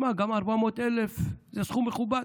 שמע, גם 400,000 זה סכום מכובד,